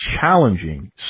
challenging